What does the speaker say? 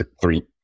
three